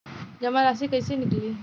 जमा राशि कइसे निकली?